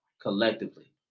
collectively